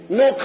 no